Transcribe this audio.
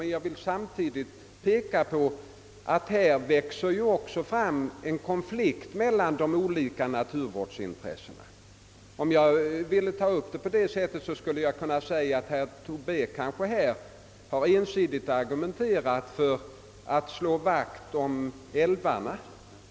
Men jag vill samtidigt peka på att det uppstår en konflikt mellan de olika naturvårdsintressena. Jag skulle kunna säga att herr Tobé här ensidigt har argumenterat för att slå vakt om älvarna.